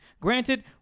Granted